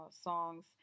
songs